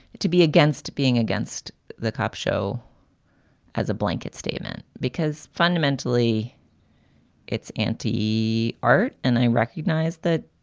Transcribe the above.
to be against being against the cop show as a blanket statement, because fundamentally it's anti art. and i recognize that,